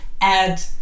add